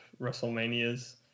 WrestleManias